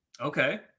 Okay